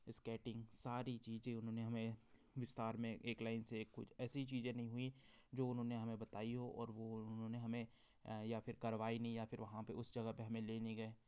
skating सारी चीज़ें उन्होंने हमें विस्तार में एक लाइन से एक कुछ ऐसी चीज़ें नहीं हुई जो उन्होंने ने हमें बताई हो और वो उन्होंने हमें या फिर करवाई नहीं या फिर वहाँ पर उस जगह पर हमें ले नहीं गए